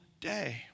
day